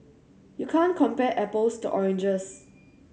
you can't compare apples to oranges